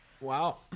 Wow